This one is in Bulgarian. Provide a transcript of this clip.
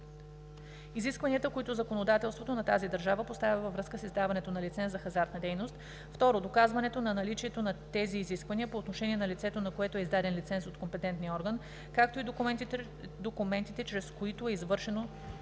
изискванията, които законодателството на тази държава поставя във връзка с издаването на лиценз за хазартна дейност; 2. доказването на наличието на тези изисквания по отношение на лицето, на което е издаден лиценз от компетентния орган, както и документите, чрез които е извършено